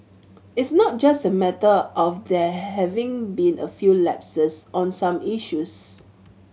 is not just a matter of there having been a few lapses on some issues